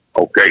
Okay